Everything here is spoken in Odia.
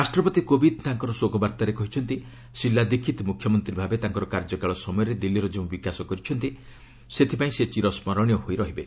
ରାଷ୍ଟ୍ରପତି କୋବିନ୍ଦ ତାଙ୍କର ଶୋକ ବାର୍ତ୍ତାରେ କହିଛନ୍ତି ଶିଲା ଦୀକ୍ଷିତ୍ ମୁଖ୍ୟମନ୍ତ୍ରୀ ଭାବେ ତାଙ୍କର କାର୍ଯ୍ୟକାଳ ସମୟରେ ଦିଲ୍ଲୀର ଯେଉଁ ବିକାଶ କରିଛନ୍ତି ସେଥିପାଇଁ ସେ ଚିର ସ୍କାରଣୀୟ ହୋଇ ରହିବେ